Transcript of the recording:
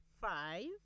five